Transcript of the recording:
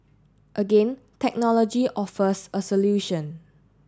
again technology offers a solution